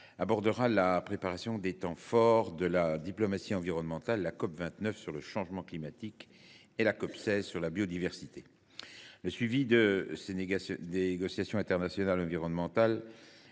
de la préparation de deux temps forts de la diplomatie environnementale : la COP29 sur le changement climatique et la COP16 sur la biodiversité. Le suivi de ces négociations internationales environnementales